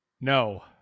No